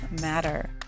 matter